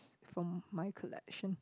from my collection